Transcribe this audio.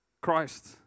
Christ